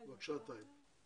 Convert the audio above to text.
בבקשה, חבר הכנסת טייב.